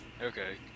Okay